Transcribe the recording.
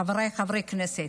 חבריי חברי הכנסת,